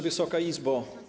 Wysoka Izbo!